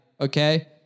okay